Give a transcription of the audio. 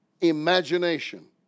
imagination